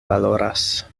valoras